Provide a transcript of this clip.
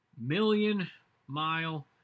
million-mile